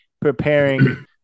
preparing